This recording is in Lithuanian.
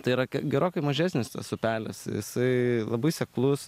tai yra gerokai mažesnis tas upelis jisai labai seklus